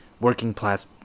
working-class